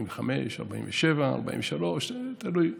45, 47, 43, תלוי.